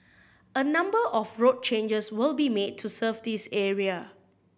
a number of road changes will be made to serve this area